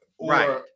Right